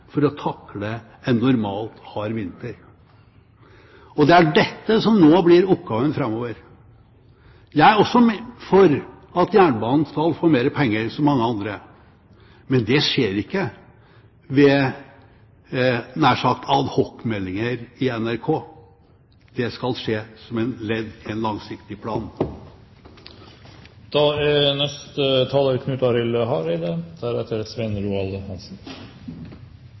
for å takle en normalt hard vinter. Det er dette som nå blir oppgaven framover. Jeg er også for at jernbanen skal få mer penger, som mange andre er. Men det skjer ikke ved nær sagt adhocmeldinger i NRK. Det skal skje som et ledd i en langsiktig plan. Representanten Bjørnflaten seier at da